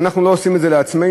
שאנחנו לא עושים את זה לעצמנו.